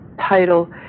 title